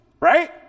right